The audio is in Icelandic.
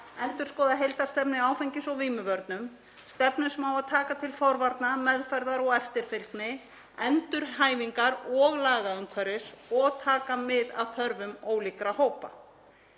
endurskoða heildarstefnu í áfengis- og vímuvörnum, stefnu sem á að taka til forvarna, meðferðar og eftirfylgni, endurhæfingar og lagaumhverfis og taka mið af þörfum ólíkra hópa.